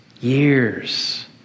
years